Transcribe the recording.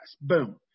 Boom